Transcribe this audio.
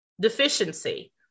deficiency